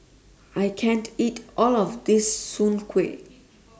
I can't eat All of This Soon Kway